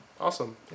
awesome